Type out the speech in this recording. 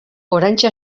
oraintxe